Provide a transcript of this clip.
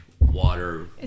water